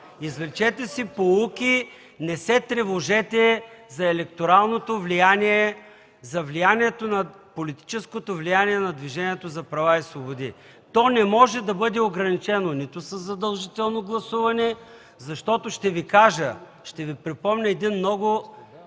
Извлечете си поуки, не се тревожете за политическото влияние на Движението за права и свободи. То не може да бъде ограничено със задължително гласуване, защото ще Ви кажа, ще Ви припомня много